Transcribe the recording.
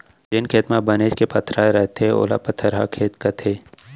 जेन खेत म बनेच के पथरा रथे ओला पथरहा खेत कथें